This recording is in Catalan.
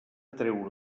treure